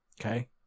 Okay